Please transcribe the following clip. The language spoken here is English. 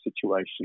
situation